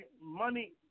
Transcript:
money